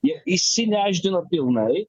jie išsinešdino pilnai